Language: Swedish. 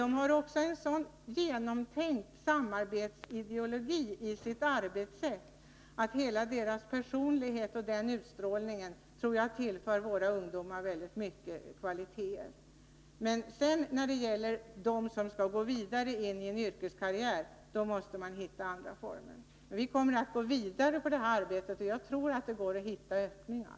De har också en så genomtänkt samarbetsideologi i sitt arbetssätt att jag tror att hela deras personlighet och utstrålning skulle tillföra våra ungdomar många kvaliteter. När det gäller dem som skall gå vidare till en yrkeskarriär tror jag emellertid att vi måste hitta andra former. Vi kommer att gå vidare med det här arbetet, och jag tror att det går att hitta öppningar.